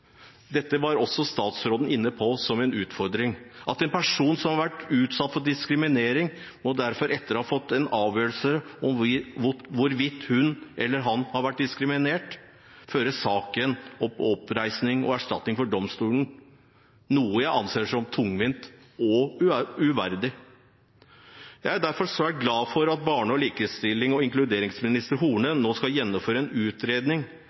Dette var også statsråden inne på som en utfordring. At en person som har vært utsatt for diskriminering, etter å ha fått en avgjørelse om hvorvidt hun eller han har vært diskriminert, må føre sak om oppreisning og erstatning for domstolene, anser jeg som tungvint og uverdig. Jeg er derfor svært glad for at barne-, likestillings- og inkluderingsminister Horne nå skal gjennomføre en utredning